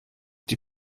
die